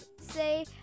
say